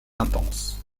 intense